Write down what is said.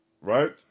Right